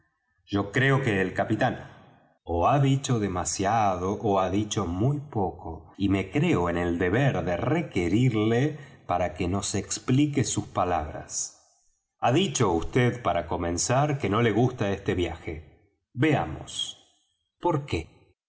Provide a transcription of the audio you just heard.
yo creo que el capitán ó ha dicho demasiado ó ha dicho muy poco y me creo en el deber de requerirle para que nos explique sus palabras ha dicho vd para comenzar que no le gusta este viaje veamos por qué